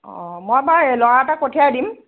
অঁ মই বাৰু এ ল'ৰা এটাক পঠিয়াই দিম